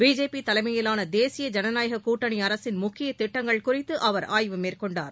BJP தலைமயிலாள தேசிய ஜனநாயக கூட்டணி அரசின் முக்கிய திட்டங்கள் குறித்து அவர் ஆய்வு மேற்கொண்டார்